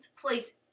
place